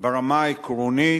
ברמה העקרונית,